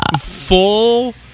full